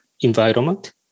environment